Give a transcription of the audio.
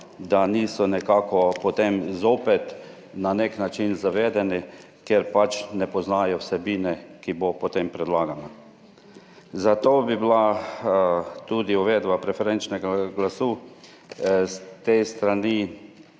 da niso nekako potem zopet na nek način zavedeni, ker pač ne poznajo vsebine, ki bo potem predlagana. Zato bi bila tudi uvedba preferenčnega glasu s te strani